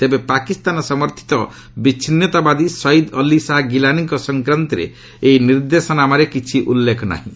ତେବେ ପାକିସ୍ତାନ ସମର୍ଥିତ ବିଚ୍ଛିନୁତାବାଦୀ ସୟିଦ ଅଲ୍ଲୀ ଶାହା ଗିଲାନଙ୍କ ସଂକ୍ରାନ୍ତରେ ଏହି ନିର୍ଦ୍ଦେଶାନାମାରେ କିଛି ଉଲ୍ଲେଖ ନାହିଁ